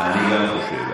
גם אני חושב,